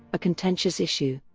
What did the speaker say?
a contentious issue.